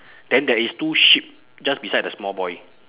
then there is two sheep just beside the small boy